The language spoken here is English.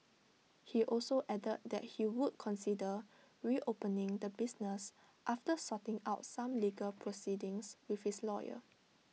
he also added that he would consider reopening the business after sorting out some legal proceedings with his lawyer